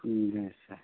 जी sir